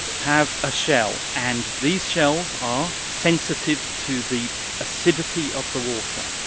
have a shell, and these shells are sensitive to the acidity of the water.